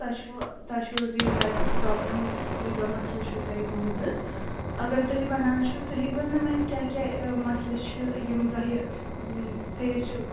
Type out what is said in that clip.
تۄہہِ چھَو تۄہہِ چھَو حظ یہِ پرٛابلِم یوٚتامتھ مَسلہٕ چھُو تۄہہِ گوٚمُت حظ اگر تُہۍ وَنان چھِو تُہۍ ہیٚکِو حظ مےٚ ؤنِتھ کیٛاہ کیٛاہ مَسلہٕ چھِ یِم تۄہہِ فیس چھِو